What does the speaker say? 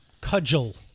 cudgel